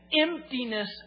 emptiness